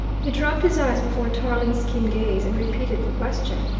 he dropped his eyes before tarling's keen gaze and repeated the question.